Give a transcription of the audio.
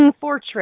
fortress